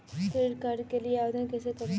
Credit card के लिए आवेदन कैसे करें?